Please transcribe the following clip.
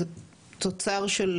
זה תוצר של